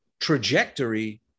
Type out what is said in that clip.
trajectory